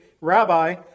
Rabbi